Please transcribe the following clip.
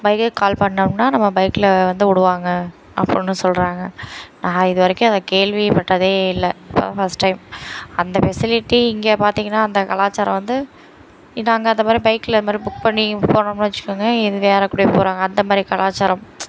பைக்குக்கு கால் பண்ணோம்னா நம்ம பைகில் வந்து விடுவாங்க அப்படினு சொல்கிறாங்க நான் இது வரைக்கும் அதை கேள்விப்பட்டதே இல்லை இப்போ தான் ஃபர்ஸ்ட் டைம் அந்த பெசிலிட்டி இங்கே பார்த்திங்கனா அந்த கலாச்சாரம் வந்து இதாங்க அந்த மாதிரி பைகில் இந்த மாதிரி புக் பண்ணி போகிறோம்னு வச்சுக்கோங்க இது வேறேகூடையோ போகிறாங்க அந்த மாதிரி கலாச்சாரம்